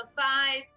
five